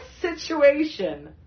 situation